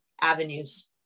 avenues